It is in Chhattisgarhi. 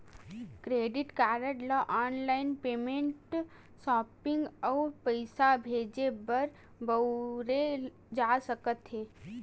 क्रेडिट कारड ल ऑनलाईन पेमेंट, सॉपिंग अउ पइसा भेजे बर बउरे जा सकत हे